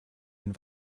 den